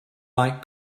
like